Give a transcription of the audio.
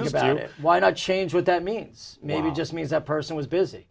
spend it why not change what that means maybe just means that person was busy